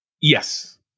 Yes